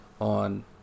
on